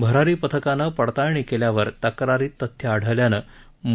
भरारी पथकानं पडताळणी केल्यावर तक्रारीत तथ्य आढळल्यानं